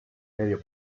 medio